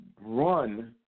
run